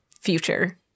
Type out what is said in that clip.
future